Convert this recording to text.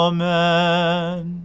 Amen